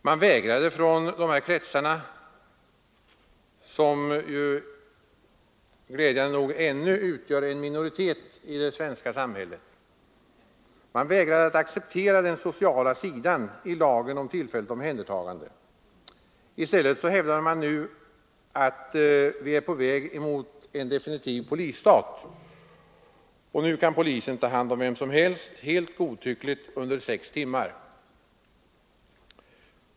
Man vägrade i dessa kretsar — som dock glädjande nog ännu utgör en minoritet i det svenska samhället — att acceptera den sociala sidan i lagen om tillfälligt omhändertagande. I stället hävdade man att vi är på väg mot en definitiv polisstat: nu kan polisen ta hand om vem som helst helt godtyckligt under sex timmar.